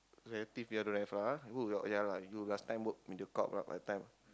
relative ya don't have lah you work ya lah you last time work Mediacorp lah that time